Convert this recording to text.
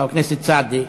חבר הכנסת סעדי.